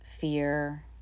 fear